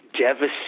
devastating